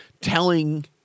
telling